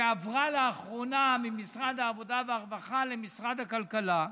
שעברה לאחרונה ממשרד העבודה והרווחה למשרד הכלכלה.